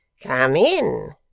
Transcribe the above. come in.